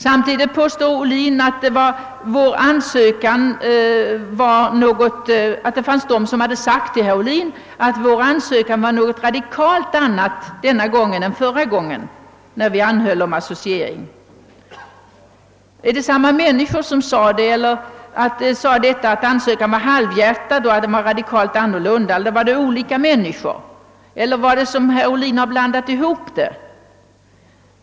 Samtidigt som herr Ohlin framhöll att somliga sagt till honom att Sveriges ansökan denna gång var något radikalt annat än förra gången då Sverige anhöll om associering. Har samma människor sagt att ansökan var halvhjärtad och radikalt annorlunda eller gäller det olika människor — eller har herr Ohlin blandat ihop sakerna?